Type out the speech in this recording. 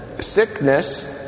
sickness